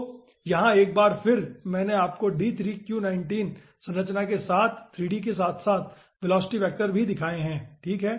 तो यहाँ एक बार फिर मैंने आपको D3Q19 संरचना के 3D के साथ साथ वेलोसिटी वैक्टर भी दिखाएं है ठीक है